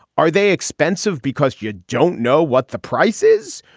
are they expensive because you don't know what the price is?